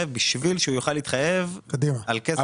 בשביל שהוא יוכל להתחייב על כסף לשנה הבאה.